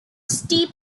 steep